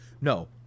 No